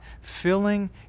filling